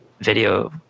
video